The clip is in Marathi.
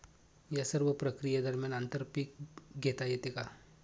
या सर्व प्रक्रिये दरम्यान आंतर पीक घेता येते का?